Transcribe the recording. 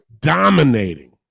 Dominating